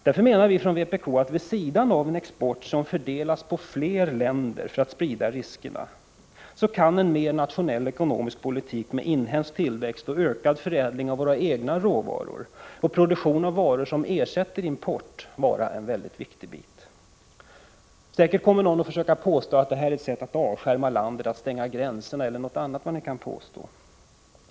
Därför menar vi från vpk att vid sidan av en export som fördelas på fler länder för att sprida riskerna kan en mer nationell ekonomisk politik med inhemsk tillväxt, ökad förädling av våra egna råvaror och produktion av varor som ersätter import vara en viktig bit. Säkert kommer någon att försöka påstå att det här är ett sätt att avskärma landet, stänga gränserna eller något sådant.